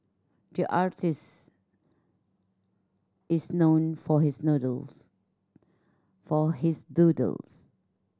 the artist is known for his for his doodles